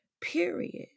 period